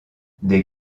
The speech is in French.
des